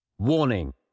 Warning